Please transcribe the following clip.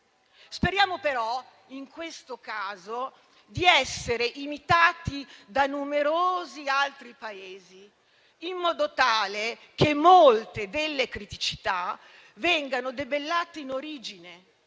Speriamo però, in questo caso, di essere imitati da numerosi altri Paesi, in modo tale che molte delle criticità vengano debellate in origine,